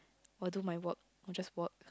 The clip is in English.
or do my work or just work